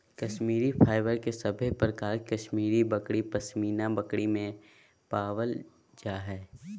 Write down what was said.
Kashmiri fibre के सभे प्रकार कश्मीरी बकरी, पश्मीना बकरी में पायल जा हय